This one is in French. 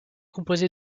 composée